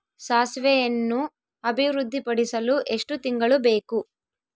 ಸಾಸಿವೆಯನ್ನು ಅಭಿವೃದ್ಧಿಪಡಿಸಲು ಎಷ್ಟು ತಿಂಗಳು ಬೇಕು?